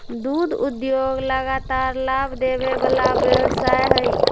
दुध उद्योग लगातार लाभ देबे वला व्यवसाय हइ